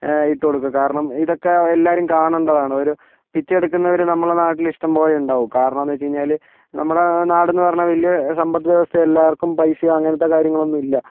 ഇട്ടുകൊടുക്കും കാരണം ഇതൊക്കെയെല്ലാവരും കാണേണ്ടതാണ് ഒരു പിച്ചയെടുക്കുന്നവര് നമ്മുടെ നാട്ടില് ഇഷ്ടംപോലെയുണ്ടാവും കാരണമെന്ന് വെച്ച് കഴിഞ്ഞാല് നമ്മുടെ നാടെന്ന് പറഞ്ഞാൽ വലിയ സമ്പദ് വ്യവസ്ഥ എല്ലാർവർക്കും പൈസ അങ്ങനത്തെ കാര്യങ്ങളൊന്നുമില്ല